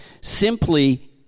simply